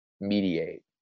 mediate